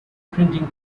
printing